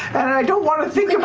and i don't want to think